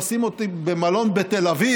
לשים אתכם במלון בתל אביב,